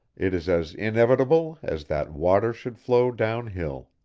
it is as inevitable as that water should flow down hill.